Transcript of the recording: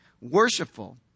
worshipful